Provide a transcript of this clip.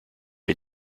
est